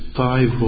five